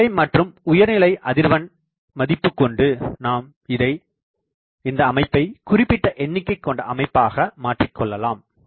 கீழ்நிலை மற்றும் உயர்நிலை அதிர்வெண் மதிப்பு கொண்டு நாம் இந்த அமைப்பை குறிப்பிட்ட எண்ணிக்கை கொண்ட அமைப்பாக மாற்றிக்கொள்ளலாம்